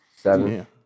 Seven